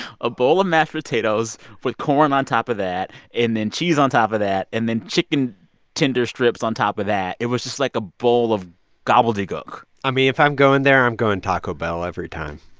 a bowl of mashed potatoes with corn on top of that and then cheese on top of that and then chicken tender strips on top of that. it was just, like, a bowl of gobbledygook i mean, if i'm going there, i'm going taco bell every time